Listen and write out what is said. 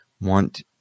want